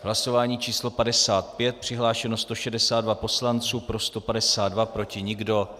V hlasování číslo 55 přihlášeno 162 poslanců, pro 152, proti nikdo.